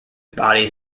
bodies